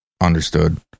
understood